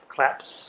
Claps